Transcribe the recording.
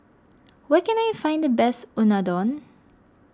where can I find the best Unadon